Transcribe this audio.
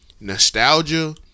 Nostalgia